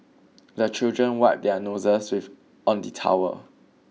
the children wipe their noses with on the towel